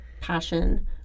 passion